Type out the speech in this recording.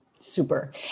Super